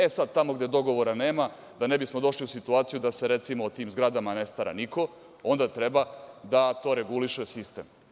E, sada tamo gde dogovora nema, da ne bismo došli u situaciju da se recimo, o tim zgradama ne stara niko, onda treba da to reguliše sistem.